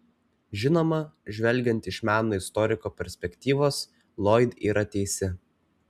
žinoma žvelgiant iš meno istoriko perspektyvos loyd yra teisi